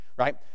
right